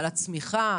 על הצמיחה,